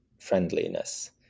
friendliness